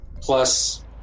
Plus